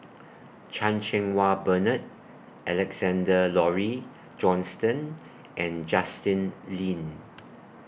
Chan Cheng Wah Bernard Alexander Laurie Johnston and Justin Lean